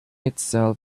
itself